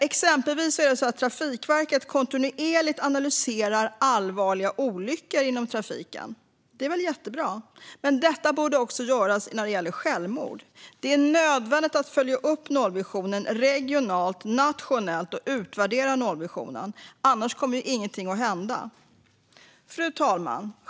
Exempelvis analyserar Trafikverket kontinuerligt allvarliga olyckor i trafiken, vilket är jättebra. Detta borde också göras för självmord. Det är nödvändigt att följa upp nollvisionen regionalt och nationellt och utvärdera nollvisionen, annars kommer inget att hända. Fru talman!